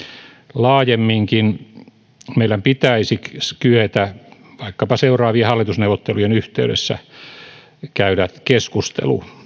laajemminkin meillä pitäisi kyetä vaikkapa seuraavien hallitusneuvottelujen yhteydessä käymään keskustelu